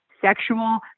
sexual